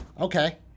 okay